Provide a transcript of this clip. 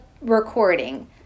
recording